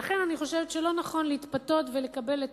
ולכן אני חושבת שלא נכון להתפתות ולקבל את